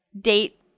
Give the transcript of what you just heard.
date